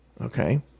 okay